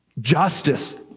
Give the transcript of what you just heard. Justice